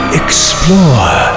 explore